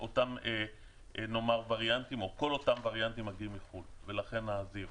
כל אותם וריאנטים מגיעים מחו"ל ולכן הזהירות.